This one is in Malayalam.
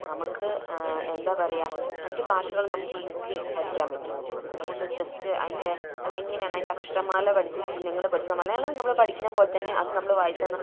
നമുക്ക് എന്താ പറയുക മറ്റു ഭാഷകൾ നമുക്ക് ഈസിലി പഠിക്കാൻ പറ്റും നമുക്ക് ജസ്റ്റ് അതിൻ്റെ അത് എങ്ങനെയാണ് അതിൻ്റെ അക്ഷരമാല പഠിച്ച് ചിഹ്നങ്ങൾ പഠിച്ച് മലയാളം നമ്മൾ പഠിക്കുന്ന പോലെ തന്നെ നമ്മൾ വായിച്ചാൽ